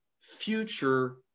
future